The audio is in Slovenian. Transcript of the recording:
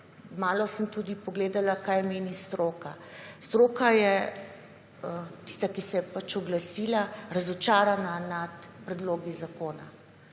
malo sem tudi pogledala kaj meni stroka. Stroka je tista, ki se je pač oglasila, razočarana nad predlogom zakona.